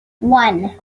one